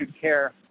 care